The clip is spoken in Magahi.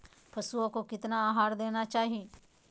पशुओं को कितना आहार देना चाहि?